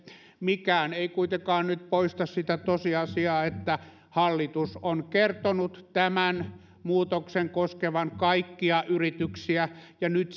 mikään ei kuitenkaan nyt poista sitä tosiasiaa että hallitus on kertonut tämän muutoksen koskevan kaikkia yrityksiä ja nyt